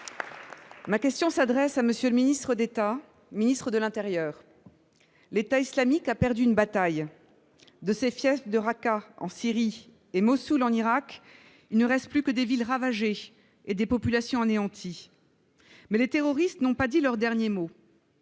de l'intérieur. Monsieur le ministre, l'État islamique a perdu une bataille. De ses fiefs de Raqqa en Syrie et Mossoul en Irak, il ne reste plus que des villes ravagées et des populations anéanties. Mais les terroristes n'ont pas dit leur dernier mot.